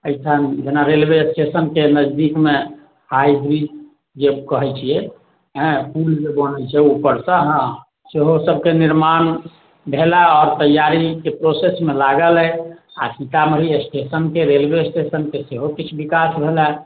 एहिठाम जेना रेलवे स्टेशनके नजदीकमे आइ वी जे कहैत छियै ऐ पुल ओल बनैत छै ऊपरसँ हँ सेहो सभकेँ निर्माण भेलऽ आओर तैआरीके प्रोसेसमे लागल अइ आ सीतामढ़ी स्टेशनके रेलवे स्टेशनके सेहो किछु विकास भेलै